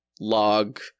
log